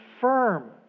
firm